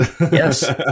Yes